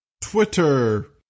Twitter